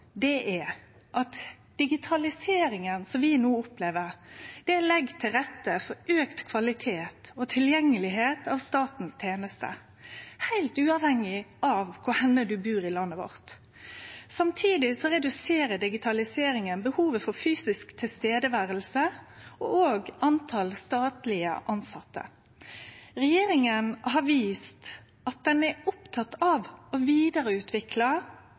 er at digitaliseringa som vi no opplever, legg til rette for auka kvalitet på og tilgang til statens tenester, heilt uavhengig av kvar i landet vårt ein bur. Samtidig reduserer digitaliseringa behovet for fysisk å vere til stades og talet på statleg tilsette. Regjeringa har vist at ho er oppteken av å